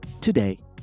today